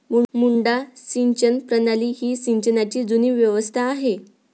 मुड्डा सिंचन प्रणाली ही सिंचनाची जुनी व्यवस्था आहे